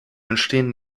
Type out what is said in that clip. entstehen